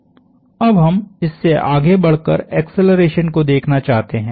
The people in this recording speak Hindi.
अब हम इससे आगे बढ़कर एक्सेलरेशन को देखना चाहते हैं